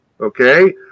Okay